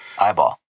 eyeball